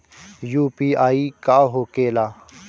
UPI का होके ला?